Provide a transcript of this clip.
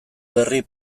berri